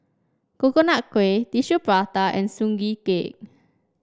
Coconut Kuih Tissue Prata and Prata Bawang